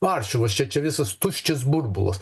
varšuvos čia čia visas tuščias burbulas